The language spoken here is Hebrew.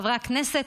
חברי הכנסת,